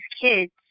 kids